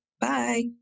bye